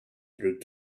through